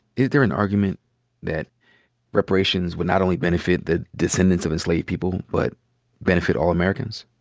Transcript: is there an argument that reparations would not only benefit the descendants of enslaved people, but benefit all americans?